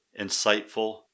insightful